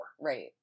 Right